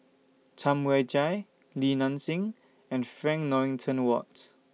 Tam Wai Jia Li Nanxing and Frank Dorrington Ward